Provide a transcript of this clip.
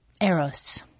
eros